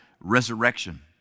Resurrection